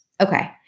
Okay